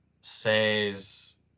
says